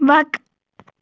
وق